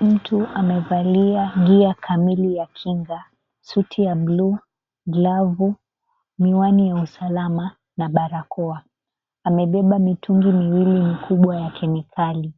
Mtu amevalia gear kamili ya kinga, suti ya buluu, glavu, miwani ya usalama na barakoa. Amebeba mitungi miwili mikubwa ya kemikali